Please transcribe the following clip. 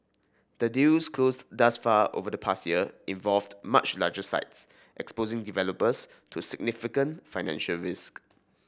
the deals closed thus far over the past year involved much larger sites exposing developers to significant financial risk